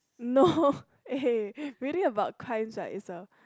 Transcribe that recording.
no eh reading about crimes right is a